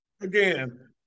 again